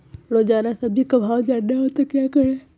रोजाना सब्जी का भाव जानना हो तो क्या करें कैसे जाने?